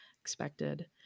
expected